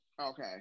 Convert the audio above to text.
Okay